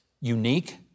unique